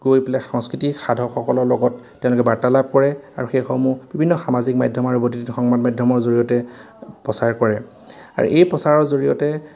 গৈ পেলাই সংস্কৃতিক সাধকসকলৰ লগত তেওঁলোকে বাৰ্তালাপ কৰে আৰু সেইসমূহ বিভিন্ন সামাজিক মাধ্যম আৰু বৈদ্যুতিন সংবাদ মাধ্যমৰ জৰিয়তে প্ৰচাৰ কৰে আৰু এই প্ৰচাৰৰ জৰিয়তে